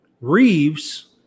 Reeves